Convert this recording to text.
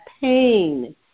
pain